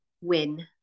win